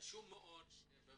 גם